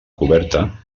coberta